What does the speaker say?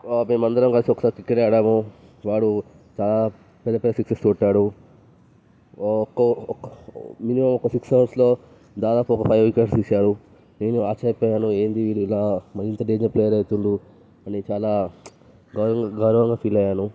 మేము అందరం కలిసి ఒకసారి క్రికెట్ ఆడము వాడు చాలా పెద్ద పెద్ద సిక్సెస్ కొట్టాడు ఒక మినిమం ఒక సిక్స్ ఓవర్స్లో దాదాపు ఒక ఫైవ్ వికెట్స్ తీశాడు నేను ఆశ్చర్య పోయాను ఏంటి వీడు ఇలా మరీ ఇంతా డేంజర్ ప్లేయర్ అయితుండు అని చాలా గౌరవం గౌరవంగా ఫీల్ అయ్యాను